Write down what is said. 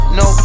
no